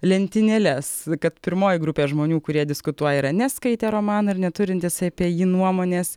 lentynėles kad pirmoji grupė žmonių kurie diskutuoja yra neskaitę romano ir neturintys apie jį nuomonės